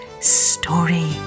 Story